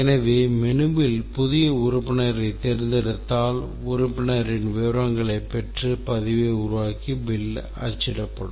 எனவே மெனுவில் புதிய உறுப்பினரைத் தேர்ந்தெடுத்தால் உறுப்பினரின் விவரங்களைப் பெற்று பதிவை உருவாக்கி bill அச்சிடப்படும்